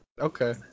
Okay